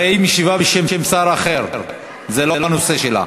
הרי היא משיבה בשם שר אחר, זה לא הנושא שלה.